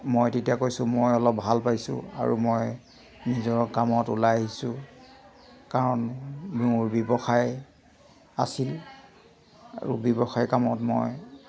মই তেতিয়া কৈছোঁ মই অলপ ভাল পাইছোঁ আৰু মই নিজৰ কামত ওলাই আহিছোঁ কাৰণ মোৰ ব্যৱসায় আছিল আৰু ব্যৱসায় কামত মই